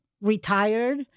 retired